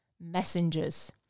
messengers